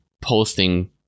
posting